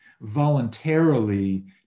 voluntarily